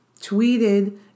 tweeted